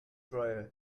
dryer